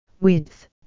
Width